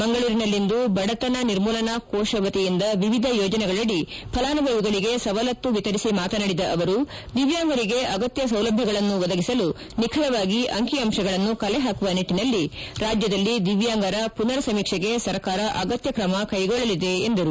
ಮಂಗಳೂರಿನಲ್ಲಿಂದು ಬಡತನ ನಿರ್ಮೂಲನಾ ಕೋಶ ವತಿಯಿಂದ ವಿವಿಧ ಯೋಜನೆಗಳಡಿ ಫಲಾನುಭವಿಗಳಿಗೆ ಸವಲತ್ತು ವಿತರಿಸಿ ಮಾತನಾಡಿದ ಅವರು ದಿವ್ಯಾಂಗರಿಗೆ ಅಗತ್ಯ ಸೌಲಭ್ಯಗಳನ್ನು ಒದಗಿಸಲು ನಿಖರವಾಗಿ ಅಂಕಿ ಅಂಶಗಳನ್ನು ಕಲೆಪಾಕುವ ನಿಟ್ಟನಲ್ಲಿ ರಾಜ್ಯದಲ್ಲಿ ದಿವ್ಯಾಂಗರ ಪುನರ್ ಸಮೀಕ್ಷೆಗೆ ಸರ್ಕಾರ ಅಗತ್ಯ ಕ್ರಮ ಕ್ಷೆಗೊಳ್ಳಲಿದೆ ಎಂದರು